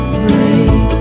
break